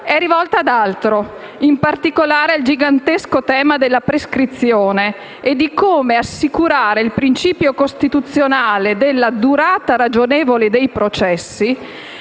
è rivolta ad altro, in particolare al gigantesco tema della prescrizione e di come assicurare il principio costituzionale della durata ragionevole dei processi